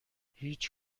هیچ